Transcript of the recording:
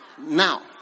now